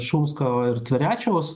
šumsko ir tverečiaus